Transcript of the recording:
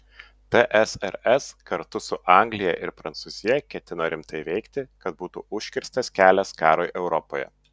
tsrs kartu su anglija ir prancūzija ketino rimtai veikti kad būtų užkirstas kelias karui europoje